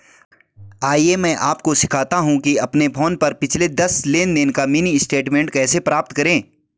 आइए मैं आपको सिखाता हूं कि अपने फोन पर पिछले दस लेनदेन का मिनी स्टेटमेंट कैसे प्राप्त करें